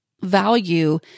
value